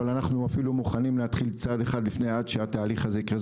אבל אנחנו מוכנים אפילו להתחיל צעד אחד לפני עד שהתהליך הזה יקרה.